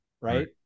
right